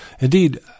Indeed